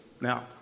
Now